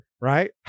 Right